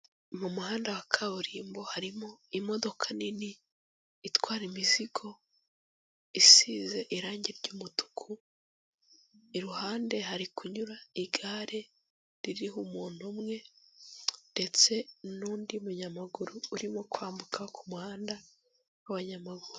Mu muhanda wa kaburimbo harimo imodoka nini itwara imizigo isize irangi ry'umutuku, iruhande hari kunyura igare ririho umuntu umwe ndetse n'undi munyamaguru urimo kwambuka ku muhanda w'abanyamaguru.